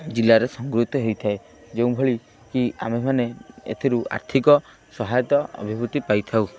ଜିଲ୍ଲାରେ ସଂଗୃହୀତ ହୋଇଥାଏ ଯେଉଁଭଳି କି ଆମ୍ଭେମାନେ ଏଥିରୁ ଆର୍ଥିକ ସହାୟତା ଅଭିବୃଦ୍ଧି ପାଇଥାଉ